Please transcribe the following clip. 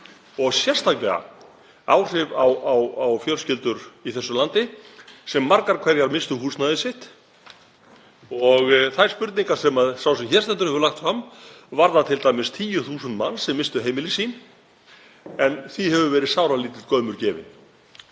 og sérstaklega áhrif á fjölskyldur í þessu landi sem margar hverjar misstu húsnæði sitt. Þær spurningar sem sá sem hér stendur hefur lagt fram varða t.d. 10.000 manns sem misstu heimili sitt, en því hefur sáralítill gaumur verið